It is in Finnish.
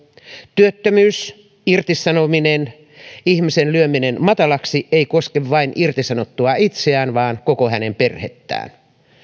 työttömyys irtisanominen ihmisen lyöminen matalaksi ei koske vain irtisanottua itseään vaan koko hänen perhettään